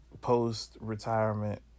post-retirement